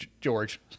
George